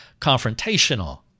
confrontational